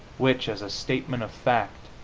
which, as a statement of fact,